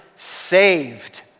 saved